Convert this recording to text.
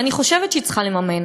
ואני חושבת שהיא צריכה לממן,